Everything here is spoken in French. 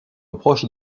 proches